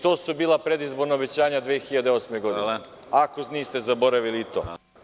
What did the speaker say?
To su bila predizborna obećanja 2008. godine, ako niste zaboravili i to.